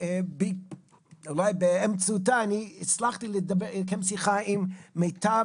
ואולי באמצעותה אני הצלחתי לקיים שיחה עם מיטב